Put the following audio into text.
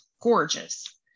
Gorgeous